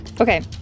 Okay